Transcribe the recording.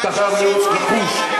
אתה חייב להיות נחוש,